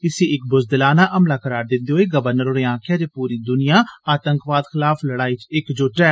इसी इक बुज़दिलाना हमला करार दिंदे होई गवर्नर होरें आखेआ जे पूरी दुनिया आतंकवाद खलाफ लड़ाई च इकजुट ऐ